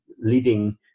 leading